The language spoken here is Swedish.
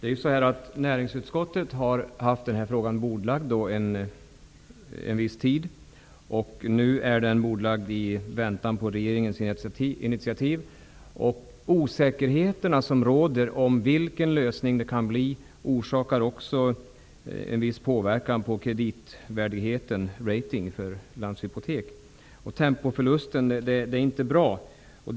Fru talman! Näringsutskottet har haft frågan bordlagd en viss tid, och nu är den bordlagd i väntan på regeringens initiativ. Den osäkerhet som råder om vilken lösning det kan bli ger också en viss påverkan på kreditvärdigheten -- ''rating'' -- för Landshypotek. Tempoförlusten är inte bra.